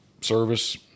service